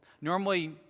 Normally